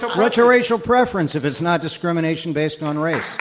um what's racial preference if it's not discrimination based on race?